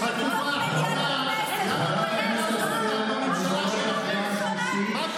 לא רציתם לפרק את לשכת עורכי הדין כי הפסדתם?